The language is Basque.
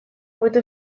hobeto